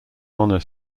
honor